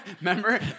remember